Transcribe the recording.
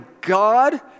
God